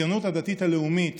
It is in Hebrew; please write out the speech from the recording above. הציונות הדתית הלאומית